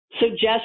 suggest